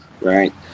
right